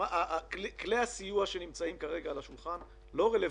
כלי הסיוע שנמצאים כרגע על השולחן לא רלוונטיים.